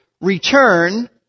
return